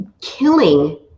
killing